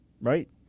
right